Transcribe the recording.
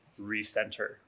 recenter